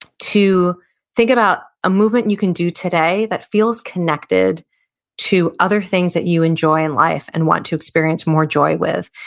to think about a movement you can do today that feels connected to other things that you enjoy in life and want to experience more joy with,